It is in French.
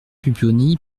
pupponi